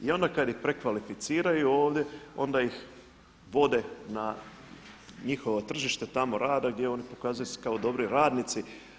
I onda kad ih prekvalificiraju ovdje, onda ih vode na njihovo tržište tamo rada gdje oni pokazuju se kao dobri radnici.